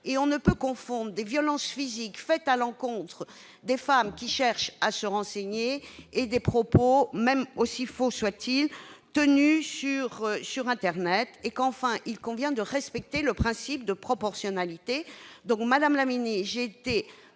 ni confondre des violences physiques à l'encontre des femmes qui cherchent à se renseigner et des propos, aussi faux soient-ils, tenus sur internet. Enfin, il convient de respecter le principe de proportionnalité. Madame la ministre, j'ai été